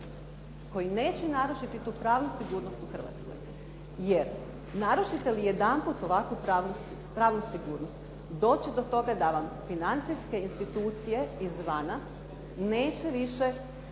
koji neće narušiti tu pravnu sigurnost u Hrvatskoj, jer narušite li jedanput ovakvu pravu sigurnost, doći će do toga da vam financijske institucije izvana, neće vam